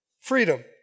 Freedom